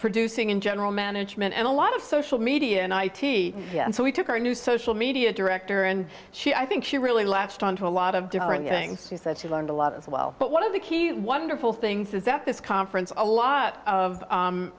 producing in general management and a lot of social media and i t v and so we took our new social media director and she i think she really latched on to a lot of different things she said she learned a lot as well but one of the key wonderful things is that this conference a lot of